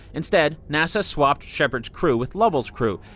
instead, nasa swapped shepard's crew with lovell's crew.